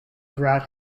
throughout